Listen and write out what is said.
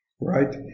right